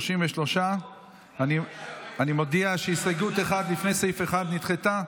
33. אני מודיע שהסתייגות 1 לפני סעיף 1 נדחתה.